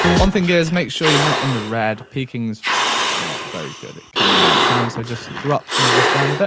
one thing is make sure you're not in the red. peaking is not very good, it can ruin your sound. so just drop some of this down a bit